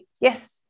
yes